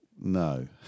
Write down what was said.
No